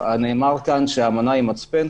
נאמר כאן שהאמנה היא מצפן.